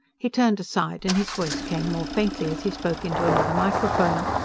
he turned aside, and his voice came more faintly as he spoke into another microphone.